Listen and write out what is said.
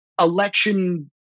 election